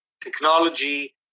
technology